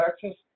Texas